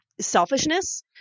selfishness